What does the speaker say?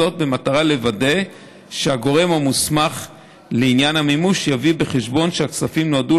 במטרה לוודא שהגורם המוסמך לעניין המימוש יביא בחשבון שהכספים נועדו